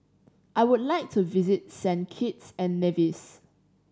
I would like to visit Saint Kitts and Nevis